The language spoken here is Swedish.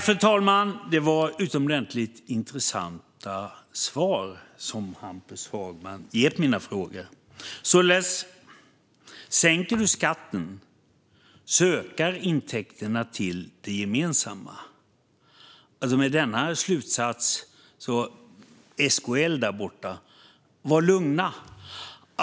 Fru talman! Det är utomordentligt intressanta svar som Hampus Hagman ger på mina frågor. Således: Sänker du skatten ökar intäkterna till det gemensamma. Med denna slutsats kan SKL där borta vara lugna.